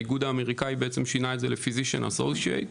האיגוד האמריקני שינה את זה ל-physician associate.